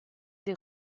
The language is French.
des